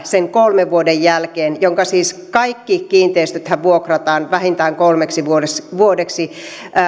sen kolmen vuoden jälkeen siis kaikki kiinteistöthän vuokrataan vähintään kolmeksi vuodeksi